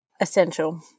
Essential